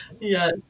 Yes